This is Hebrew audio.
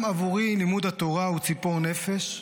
גם עבורי לימוד התורה הוא ציפור נפש,